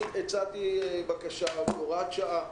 אני הצעתי בקשה, הוראת שעה.